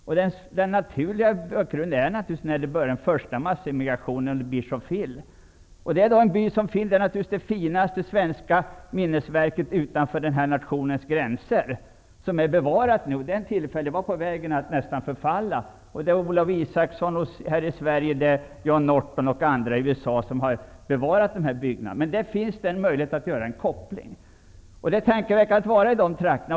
Den naturliga utgångspunkten borde vara den första massemigrationen, till Bishop Hill 1846. I denna by finns det finaste svenska kulturminne utanför våra nationsgränser. Att så skett är en tillfällighet. Byggnaderna var på väg att förfalla, men de har bevarats genom insatser av Olof Isaksson från Sverige och av John E. Norton och andra i USA. Här finns en möjlighet att göra en koppling. Det är tankeväckande att, som jag nyss gjort, vistas i de trakterna.